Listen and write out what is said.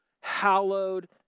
hallowed